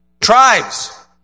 Tribes